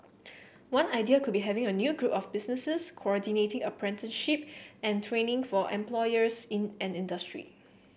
one idea could be having a new group of businesses coordinating apprenticeship and training for employers in an industry